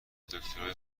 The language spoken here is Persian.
دکترای